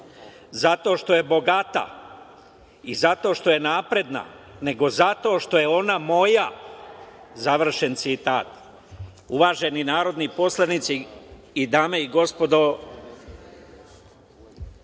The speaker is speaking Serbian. zato što je bogata i zato što je napredna, nego zato što je ona moja“. Završen citat. Uvaženi narodni poslanici, dame i gospodo,